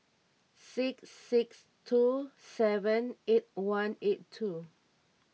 six six two seven eight one eight two